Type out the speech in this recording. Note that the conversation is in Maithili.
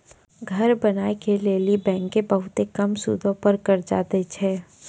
घर बनाय के लेली बैंकें बहुते कम सूदो पर कर्जा दै छै